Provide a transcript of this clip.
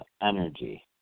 energy